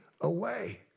away